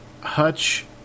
Hutch